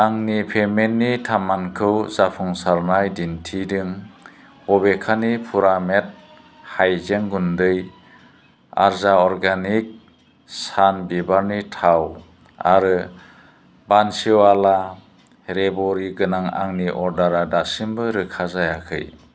आंनि पेमेन्टनि थामानखौ जाफुंसारनाय दिन्थिदों बबेखानि पुरामेट हायजें गुन्दै आर्या अर्गेनिक सान बिबारनि थाव आरो बन्सिवाला रेबरि गोनां आंनि अर्डारा दासिमबो रोखा जायाखै